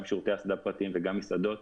גם שירותי הסעדה פרטיים וגם מסעדות,